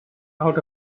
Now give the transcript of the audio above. out